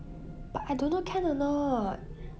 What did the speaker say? but I don't know can or not